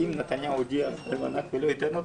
לא, כי אני יודע מה הולך להיות.